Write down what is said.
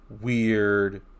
Weird